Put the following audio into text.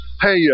Hey